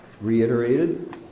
reiterated